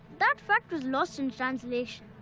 that fact was lost in translation.